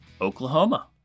Oklahoma